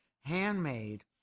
handmade